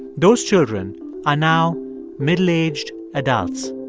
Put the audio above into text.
those children are now middle-aged adults.